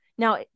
Now